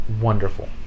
wonderful